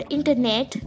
Internet